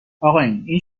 اقایون، این